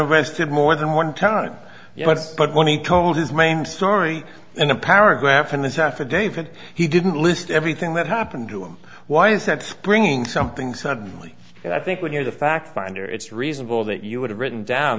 arrested more than one time but when he told his main story in a paragraph in this affidavit he didn't list everything that happened to him why is that bringing something suddenly i think when you know the fact finder it's reasonable that you would have written down